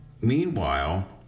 meanwhile